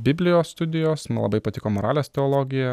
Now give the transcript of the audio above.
biblijos studijos man labai patiko moralės teologija